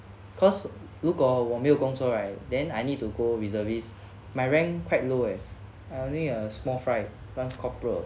cause 如果我没有工作 right then I need to go reservists my rank quite low eh I only a small fry lance corporal